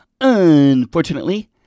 Unfortunately